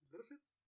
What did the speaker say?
Benefits